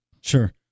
Sure